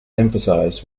emphasized